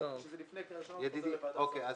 שלפני קריאה ראשונה חוזר לוועדת שרים.